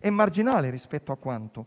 è marginale rispetto a quanto